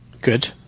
good